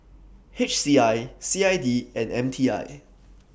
H C I C I D and M T I